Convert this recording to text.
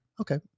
Okay